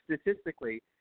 statistically